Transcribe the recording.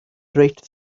reit